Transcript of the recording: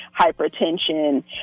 hypertension